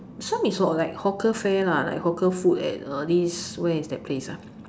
some is for like hawker fare lah like hawker food at this where is that place ah